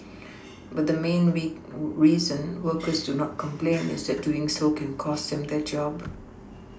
but the main reason workers do not complain is that doing so can cost them their job